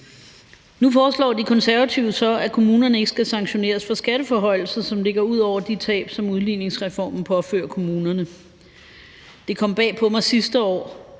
Nu foreslår De Konservative så, at kommunerne ikke skal sanktioneres for skatteforhøjelser, som ligger ud over de tab, som udligningsreformen påfører kommunerne. Jeg må sige, at det kom bag på mig sidste år,